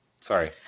Sorry